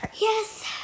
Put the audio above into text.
Yes